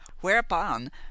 whereupon